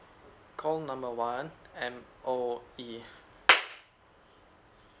call number M_O_E